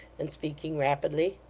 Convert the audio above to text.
and speaking rapidly,